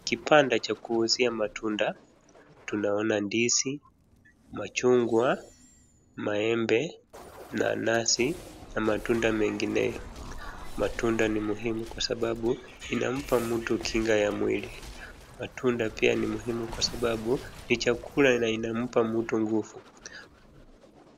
Kibanda cha kuuzia matunda tunaona ndizi, machungwa, maembe, nanasi na matunda mengineyo. Matunda ni muhimu kwa sababu inampa mtu kinga ya mwili. Matunda pia ni muhimu kwa sababu ni chakula na inampa mtu nguvu.